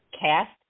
Cast